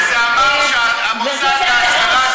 זה דבר ספציפי לעשות,